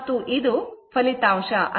ಮತ್ತು ಇದು ಫಲಿತಾಂಶವಾಗಿದೆ